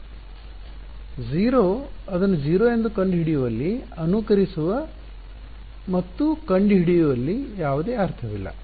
0 ಅದನ್ನು 0 ಎಂದು ಕಂಡುಹಿಡಿಯುವಲ್ಲಿ ಅನುಕರಿಸುವ ಮತ್ತು ಕಂಡುಹಿಡಿಯುವಲ್ಲಿ ಯಾವುದೇ ಅರ್ಥವಿಲ್ಲ